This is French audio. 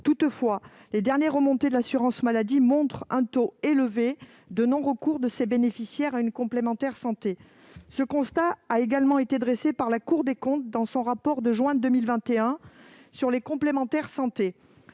Toutefois, les derniers chiffres de l'assurance maladie montrent un taux élevé de non-recours de ces bénéficiaires à une complémentaire santé. Ce constat a également été dressé par la Cour des comptes dans son rapport de juin 2021 intitulé Parmi ses